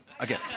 Okay